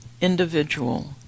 individual